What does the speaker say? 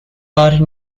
are